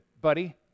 buddy